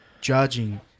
judging